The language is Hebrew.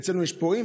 אצלנו יש פורעים,